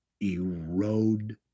erode